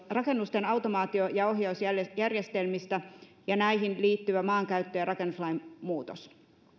rakennusten automaatio ja ohjausjärjestelmistä ja näihin liittyvä maankäyttö ja rakennuslain muutos